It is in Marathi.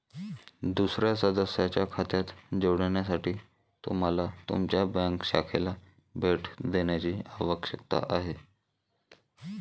दुसर्या सदस्याच्या खात्यात जोडण्यासाठी तुम्हाला तुमच्या बँक शाखेला भेट देण्याची आवश्यकता आहे